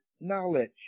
knowledge